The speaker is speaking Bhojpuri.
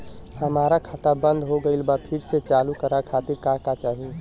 हमार खाता बंद हो गइल बा फिर से चालू करा खातिर का चाही?